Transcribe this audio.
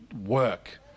work